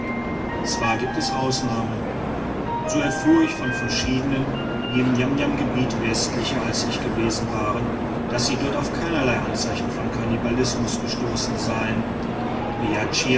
zwar gibt es ausnahmen so erfuhr ich von verschiedenen die im niamniamgebiet westlicher als ich gewesen waren daß sie dort auf keinerlei anzeichen von kannibalismus gestoßen seien